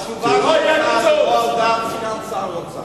התשובה שלך היא לא של סגן שר האוצר.